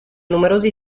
numerosi